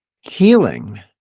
healing